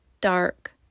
dark